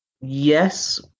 Yes